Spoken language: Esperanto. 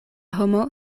homo